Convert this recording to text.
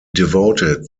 devoted